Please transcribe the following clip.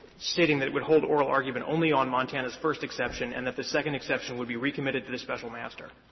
stating that it would hold oral argument only on montana's first exception, and that the second exception would be recommitted to the special master.